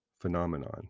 phenomenon